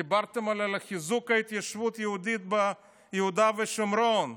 דיברתם על חיזוק ההתיישבות היהודית ביהודה ושומרון.